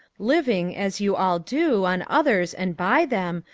living, as you all do, on others and by them,